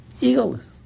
Egoless